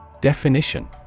Definition